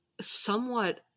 somewhat